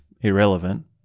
irrelevant